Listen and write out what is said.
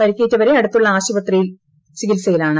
പരിക്കേറ്റവരെ അടുത്തുള്ള ആശുപത്രിയിൽ ചികിൽസയിലാണ്